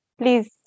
please